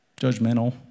judgmental